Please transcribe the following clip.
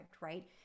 right